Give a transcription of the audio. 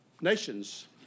nation's